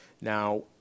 Now